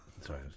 Sorry